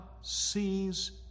sees